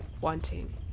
wanting